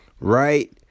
Right